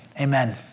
amen